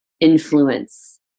influence